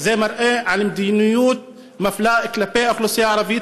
מראים מדיניות מפלה כלפי האוכלוסייה הערבית,